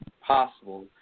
possible